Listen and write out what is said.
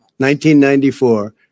1994